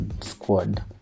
squad